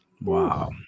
Wow